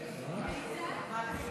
אמסלם, עמר בר-לב, עפר שלח, נורית קורן.